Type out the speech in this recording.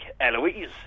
Eloise